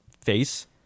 face